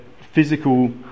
physical